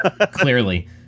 Clearly